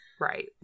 right